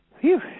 Phew